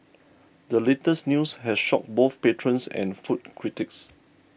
the latest news has shocked both patrons and food critics